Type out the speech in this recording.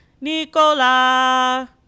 Nicola